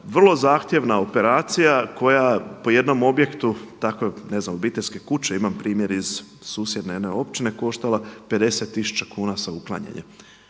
vrlo zahtjevna operacija koja po jednom objektu, takve ne znam obiteljske kuće, imam primjer iz susjedne jedne općine koštala 50 tisuća kuna sa uklanjanjem.